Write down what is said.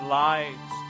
lives